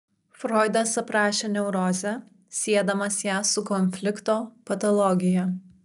froidas aprašė neurozę siedamas ją su konflikto patologija